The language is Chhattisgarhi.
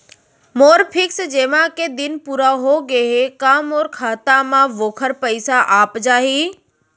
मोर फिक्स जेमा के दिन पूरा होगे हे का मोर खाता म वोखर पइसा आप जाही?